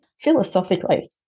Philosophically